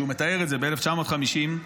ב-1950.